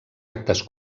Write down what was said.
actes